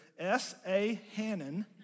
sahannon